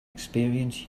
experience